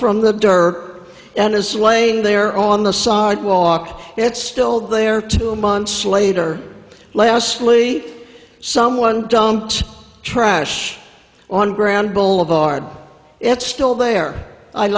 from the der and is laying there on the sidewalk it's still there two months later leslie someone dumped trash on ground boulevard it's still there i